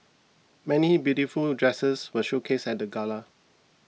many beautiful dresses were showcased at the gala